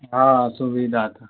ہاں سویدھا تھا